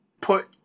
put